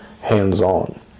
hands-on